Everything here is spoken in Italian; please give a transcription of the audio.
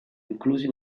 inclusi